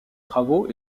travaux